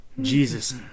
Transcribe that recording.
Jesus